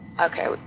Okay